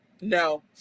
No